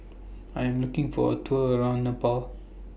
I Am looking For A Tour around Nepal